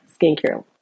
skincare